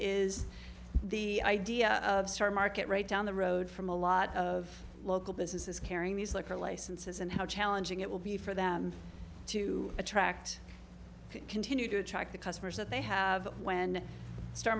is the idea of star market right down the road from a lot of local businesses carrying these liquor licenses and how challenging it will be for them to attract continue to attract the customers that they have when star